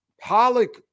Pollock